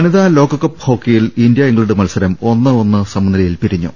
വനിതാടലോകകപ്പ് ഹോക്കിയിൽ India England മത്സരം ഒന്ന് ഒന്ന് സമനിലയിൽ പിരിഞ്ഞു